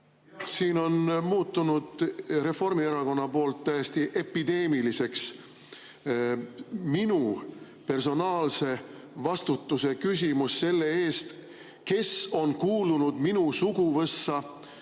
Siin on muutunud Reformierakonna poolt täiesti epideemiliseks küsimus minu personaalsest vastutusest selle eest, kes on kuulunud minu suguvõssa